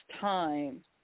time